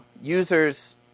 users